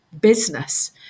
business